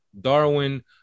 Darwin